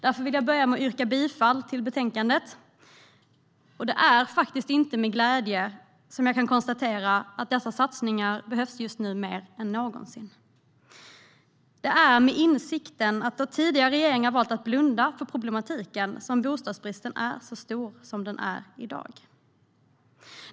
Därför vill jag börja med att yrka bifall till utskottets förslag i betänkandet, och det är inte med glädje som jag kan konstatera att dessa satsningar just nu behövs mer än någonsin. Det är med insikten att det är för att den tidigare regeringen valt att blunda för problematiken som bostadsbristen är så stor som den är i dag.